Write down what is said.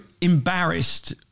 embarrassed